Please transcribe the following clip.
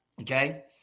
Okay